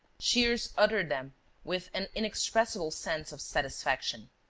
shears uttered them with an inexpressible sense of satisfaction.